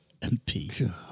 MP